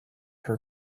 her